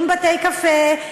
אם בתי-קפה,